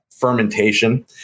fermentation